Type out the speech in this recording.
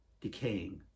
decaying